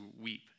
weep